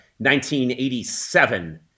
1987